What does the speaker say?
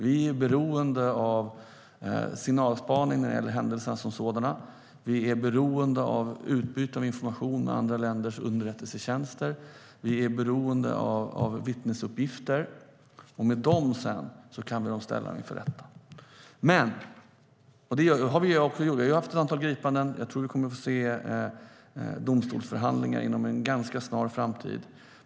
Vi är beroende av signalspaning när det gäller händelserna som sådana, vi är beroende av utbyte av information med andra länders underrättelsetjänster och vi är beroende av vittnesuppgifter. Med dem kan vi sedan ställa personerna inför rätta. Det har vi också gjort. Vi har haft ett antal gripanden. Jag tror att vi kommer att få se domstolsförhandlingar inom en ganska snar framtid.